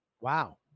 Wow